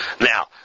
Now